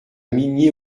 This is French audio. migné